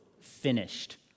finished